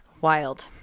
Wild